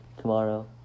tomorrow